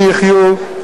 שיחיו,